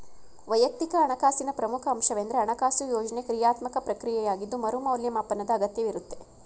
ವೈಯಕ್ತಿಕ ಹಣಕಾಸಿನ ಪ್ರಮುಖ ಅಂಶವೆಂದ್ರೆ ಹಣಕಾಸು ಯೋಜ್ನೆ ಕ್ರಿಯಾತ್ಮಕ ಪ್ರಕ್ರಿಯೆಯಾಗಿದ್ದು ಮರು ಮೌಲ್ಯಮಾಪನದ ಅಗತ್ಯವಿರುತ್ತೆ